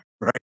Right